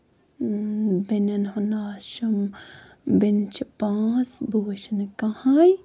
بیٚنٮ۪ن ہُند ناو چھُم بیٚنہِ چھِ پانژھ بہٕ وُچھنہٕ کٕہٕنۍ